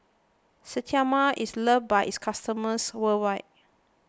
Sterimar is loved by its customers worldwide